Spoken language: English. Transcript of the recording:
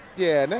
yeah,